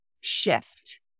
shift